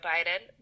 Biden